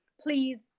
Please